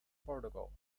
portugal